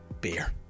Beer